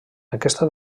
aquesta